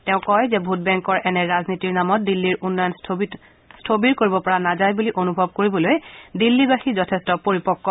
তেওঁ কয় যে ভোটবেংকৰ এনে ৰাজনীতিৰ নামত দিল্লীৰ উন্নয়ন স্থৱিৰ কৰিব পৰা নাযায় বুলি অনুভৱ কৰিবলৈ দিল্লীবাসী যথেষ্ট পৰিপক্ক